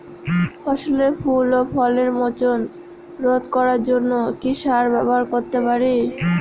ফসলের ফুল ও ফলের মোচন রোধ করার জন্য কি সার ব্যবহার করতে পারি?